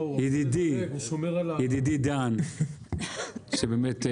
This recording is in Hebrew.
ידידי דן מנהל, באמת,